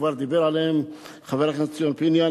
כבר דיבר עליהם חבר הכנסת ציון פיניאן,